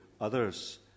others